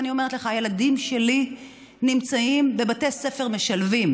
ואני אומרת לך: הילדים שלי נמצאים בבתי ספר משלבים.